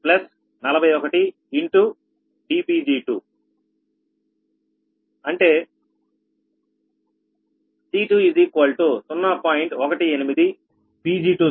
36 Pg241dPg2 అది C 20